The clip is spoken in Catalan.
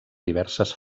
diverses